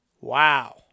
Wow